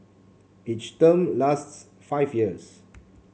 each term lasts five years